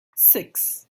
six